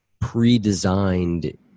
pre-designed